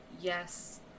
yes